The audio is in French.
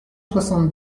soixante